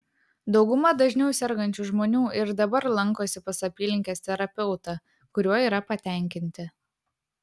dauguma dažniau sergančių žmonių ir dabar lankosi pas apylinkės terapeutą kuriuo yra patenkinti